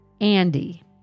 Andy